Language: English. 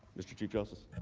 mr. chief justice.